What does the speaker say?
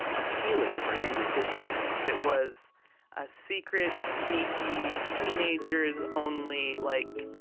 appealing for an angry fifteen-year-old it was ah secret sneaky, teenagers only, like,